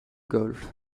golfe